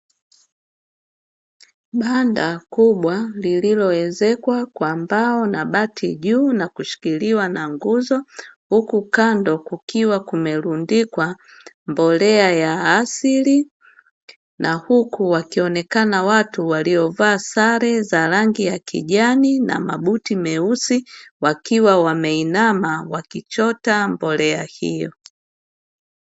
Banda kubwa lililowezekwa kwa mbao nabati juu na kushikiliwa na nguzo, huku kando kukiwa kumerundikwa mbolea ya asili na huku wakionekana watu waliovaa sare za rangi ya kijani na mabuti meusi, wakiwa wameinama wakichota mbolea hiyo.